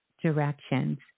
directions